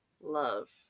love